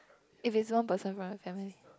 if it's one person from your family